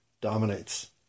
dominates